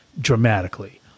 dramatically